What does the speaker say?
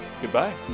Goodbye